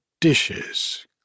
dishes